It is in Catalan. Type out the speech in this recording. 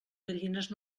gallines